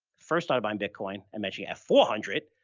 first time buying bitcoin and mentioning at four hundred